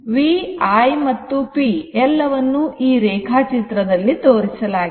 v i ಮತ್ತು p ಎಲ್ಲವನ್ನೂ ಈ ರೇಖಾಚಿತ್ರದಲ್ಲಿ ತೋರಿಸಲಾಗಿದೆ